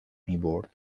میبرد